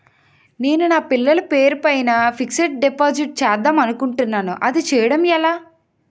నేను నా పిల్లల పేరు పైన ఫిక్సడ్ డిపాజిట్ చేద్దాం అనుకుంటున్నా అది చేయడం ఎలా?